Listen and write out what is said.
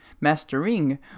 Mastering